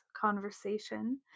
conversation